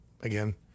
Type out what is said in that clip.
again